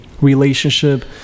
relationship